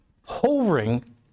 Hovering